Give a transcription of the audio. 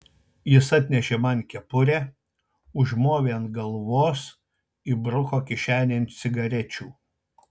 jis atnešė man kepurę užmovė ant galvos įbruko kišenėn cigarečių